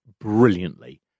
brilliantly